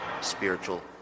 spiritual